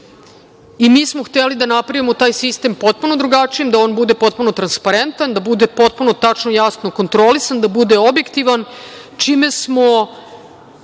i mi smo hteli da napravimo taj sistem potpuno drugačiji, da on bude potpuno transparentan, da bude potpuno, tačno i jasno kontrolisan, da bude objektivan, čime smo